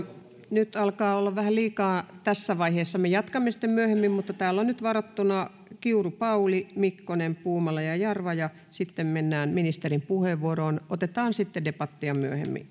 nyt alkaa olla vähän liikaa vastauspuheenvuoroja tässä vaiheessa me jatkamme sitten myöhemmin mutta täällä on nyt varattuna kiuru pauli mikkonen puumala ja jarva ja sitten mennään ministerin puheenvuoroon otetaan debattia sitten myöhemmin